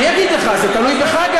אני אגיד לך, זה תלוי גם בך.